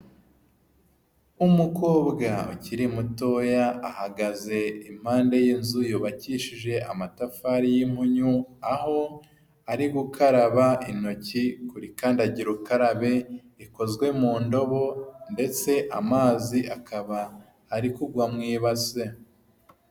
Umukobwa ukiri mutoya ahagaze impande y'inzu yubakishije amatafari y'impunyu, aho ari gukaraba intoki kuru kandagira ukarabe ikozwe mu ndobo, ndetse amazi akaba ari kugwa mu ibase.